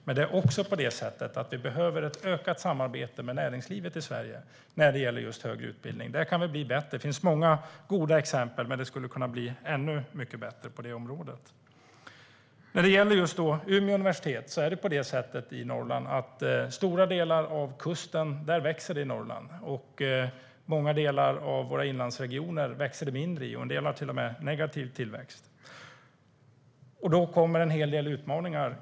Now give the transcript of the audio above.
Men vi behöver också ett ökat samarbete med näringslivet i Sverige när det gäller just högre utbildning. Där kan vi bli bättre. Det finns många goda exempel, men vi skulle kunna bli ännu mycket bättre på det området. I Norrland växer det längs stora delar av kusten. I många av våra inlandsregioner växer det mindre, och en del har till och med negativ tillväxt. I detta sammanhang finns det en hel del utmaningar.